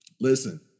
Listen